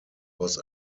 was